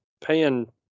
paying